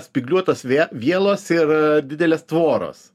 spygliuotos vielos ir didelės tvoros